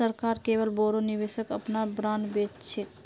सरकार केवल बोरो निवेशक अपनार बॉन्ड बेच छेक